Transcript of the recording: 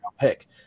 pick